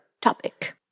topic